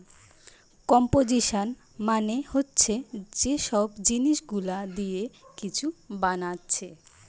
composition মানে হচ্ছে যে সব জিনিস গুলা দিয়ে কিছু বানাচ্ছে